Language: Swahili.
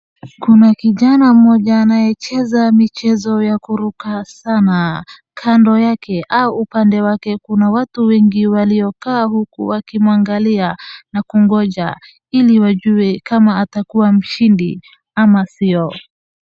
Kuna kijana mmoja anayecheza michezo ya kuruka sana. Kando yake au upande wake kuna watu wengi waliokaa uku wakimwangalia na kugonja ili wajue kama atakuwa mshindi ama sio.